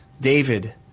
David